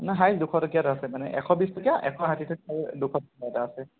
নাই হায়েষ্ট দুশ টকীয়া এটা আছে মানে এশ বিশ টকীয়া এশ যাঠি টকীয়া দুশ টকীয়া এটা আছে